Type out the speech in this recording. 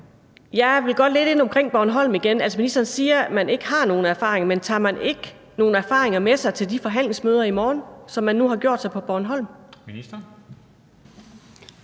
Jeg vil godt lidt ind omkring Bornholm igen. Ministeren siger, at man ikke har nogen erfaring, men tager man ikke nogle erfaringer med til de forhandlingsmøder, der er i morgen – erfaringer, som man nu har gjort på Bornholm?